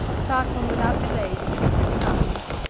tarchon, without delay, the treaty signs,